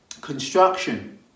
construction